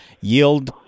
yield